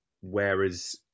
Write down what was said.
whereas